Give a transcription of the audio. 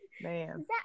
Man